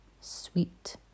sweet